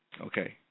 Okay